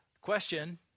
question